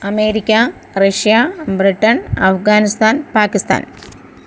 America Russia Britain Afghanistan Pakistan